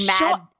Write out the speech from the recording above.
mad